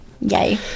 Yay